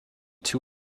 two